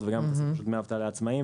וגם את הסיפור של דמי אבטלה לעצמאים,